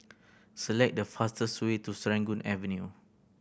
select the fastest way to Serangoon Avenue